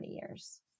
years